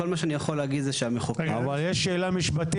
כל מה שאני יכול להגיד --- אבל ישנה שאלה משפטית,